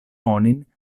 onin